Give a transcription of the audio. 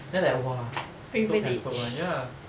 them I'm like !wah! so pampered [one] ya